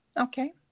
Okay